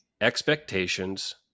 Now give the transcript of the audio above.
expectations